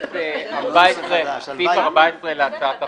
זה סעיף 14 להצעת החוק.